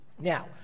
Now